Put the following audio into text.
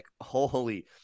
holy